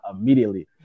immediately